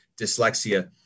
dyslexia